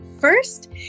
first